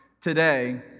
today